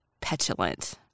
petulant